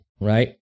right